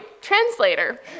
translator